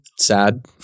sad